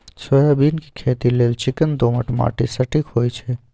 soybean के खेती लेल चिक्कन दोमट माटि सटिक होइ छइ